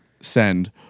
send